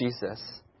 Jesus